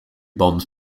bombs